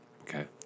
Okay